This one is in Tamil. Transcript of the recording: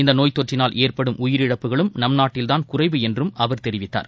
இந்த நோய் தொற்றினால் ஏற்படும் உயிரிழப்புகளும் நம் நாட்டில்தாள் குறைவு என்றும் அவர் தெரிவித்தார்